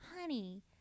honey